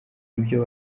ibyo